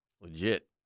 Legit